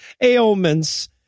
ailments